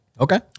Okay